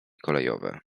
kolejowe